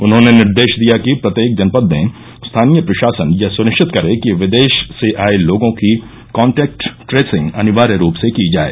उन्होंने निर्देश दिया कि प्रत्येक जनपद में स्थानीय प्रशासन यह सुनिश्चित करें कि विदेश से आए लोगों की कान्टैक्ट ट्रेसिंग अनिवार्य रूप से की जाए